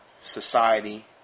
society